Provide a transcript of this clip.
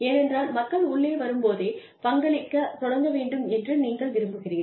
ஏனென்றால் மக்கள் உள்ளே வரும்போதே பங்களிக்கத் தொடங்க வேண்டும் என்று நீங்கள் விரும்புகிறீர்கள்